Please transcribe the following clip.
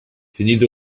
finito